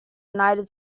united